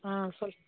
ஆ சொல்